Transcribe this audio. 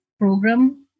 Program